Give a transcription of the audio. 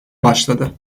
başladı